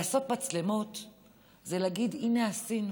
לעשות מצלמות זה להגיד: הינה, עשינו.